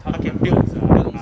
okay build build 东西